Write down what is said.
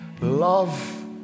love